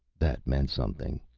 that meant something.